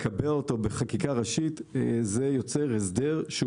הקיבוע שלו בחקיקה ראשית יוצר הסדר שהוא